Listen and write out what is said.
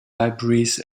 libraries